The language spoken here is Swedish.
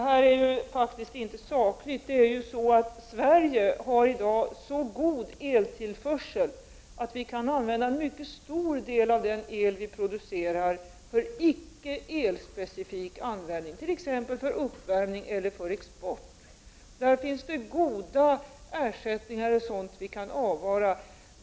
Herr talman! Det som Tom Heyman säger är inte sakligt. Sverige har i dag så god eltillförsel att vi i Sverige kan använda en mycket stor del av den el vi producerar för icke elspecifik användning, t.ex. för uppvärmning eller export. I detta sammanhang finns det goda ersättningar och sådant som vi kan avvara.